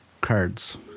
cards